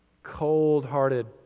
cold-hearted